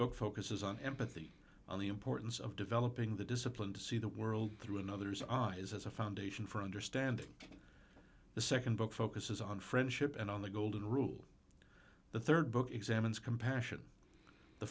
book focuses on empathy on the importance of developing the discipline to see the world through another's eyes as a foundation for understanding the nd book focuses on friendship and on the golden rule the rd book examines compassion the